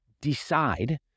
decide